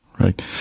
Right